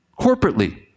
corporately